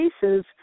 cases